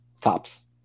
Tops